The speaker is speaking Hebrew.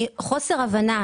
מחוסר הבנה,